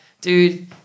Dude